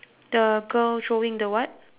the girl throwing the what